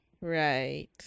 right